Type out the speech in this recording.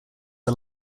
are